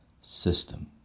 system